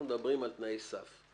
אנחנו מדברים על תנאי סף.